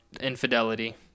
infidelity